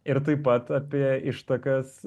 ir taip pat apie ištakas